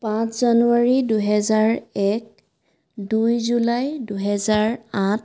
পাঁচ জানুৱাৰী দুহেজাৰ এক দুই জুলাই দুহেজাৰ আঠ